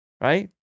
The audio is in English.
right